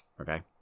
Okay